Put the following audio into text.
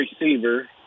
receiver